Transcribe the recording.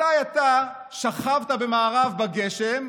מתי אתה שכבת במארב בגשם,